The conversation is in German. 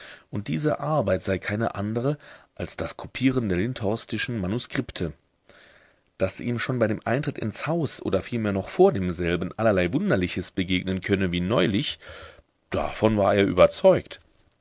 und diese arbeit sei keine andere als das kopieren der lindhorstischen manuskripte daß ihm schon bei dem eintritt ins haus oder vielmehr noch vor demselben allerlei wunderliches begegnen könne wie neulich davon war er überzeugt